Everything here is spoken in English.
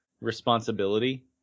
responsibility